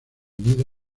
nido